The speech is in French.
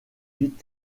vite